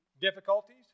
difficulties